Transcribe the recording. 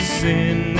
sin